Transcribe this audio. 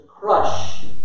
crush